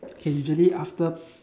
okay usually after